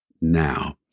now